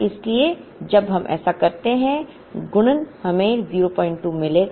इसलिए जब हम ऐसा करते हैं गुणन हमें 02 मिलेगा